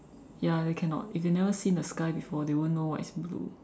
ya then cannot if they never seen the sky before they won't know what is blue